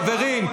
חברים,